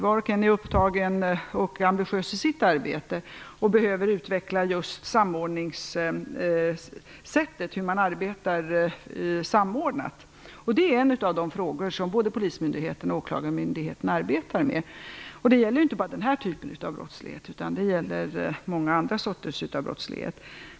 Var och en är upptagen och ambitiös i sitt arbete och behöver utveckla just sättet att arbeta samordnat. Det är en av de frågor som både polismyndigheten och åklagarmyndigheten arbetar med. Det gäller inte bara den här typen av brottslighet, utan många andra sorters brottslighet.